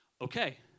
okay